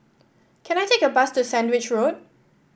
can I take a bus to Sandwich Road